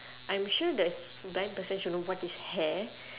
I'm sure the blind person should know what is hair